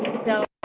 so,